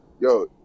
Yo